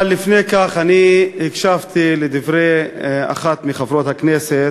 אבל לפני כן, אני הקשבתי לדברי אחת מחברות הכנסת,